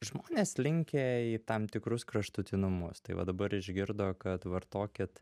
žmonės linkę į tam tikrus kraštutinumus tai va dabar išgirdo kad vartokit